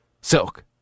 Silk